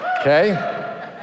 Okay